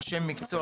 אנשי מקצוע?